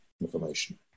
information